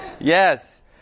Yes